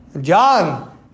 John